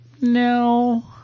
no